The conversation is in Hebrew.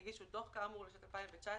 הוא הגיש דוח כאמור לשנת המס 2019,